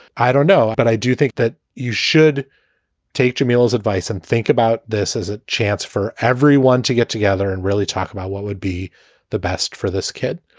i don't know. but i do think that you should take jamal's advice and think about this as a chance for everyone to get together and really talk about what would be the best for this kid.